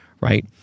Right